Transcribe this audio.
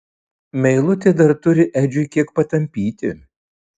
meilutė dar turi edžiui kiek patampyti